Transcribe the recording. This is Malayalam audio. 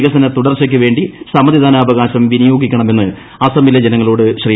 വികസനത്തുടർച്ചയ്ക്ക്വേണ്ടി സമ്മതിദാനാവകാശം വിനിയോഗിക്കണമെന്ന് അസ്സമിലെ ജനങ്ങളോട് ശ്രീ